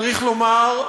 צריך לומר,